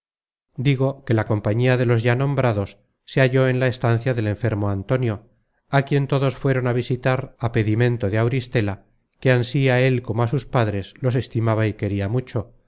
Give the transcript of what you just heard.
digo que la compañía de los ya nombrados se halló en la estancia del enfermo antonio á quien todos fueron á visitar á pedimento de auristela que ansí á él como á sus padres los estimaba y queria mucho